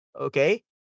Okay